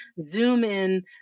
Zoom-in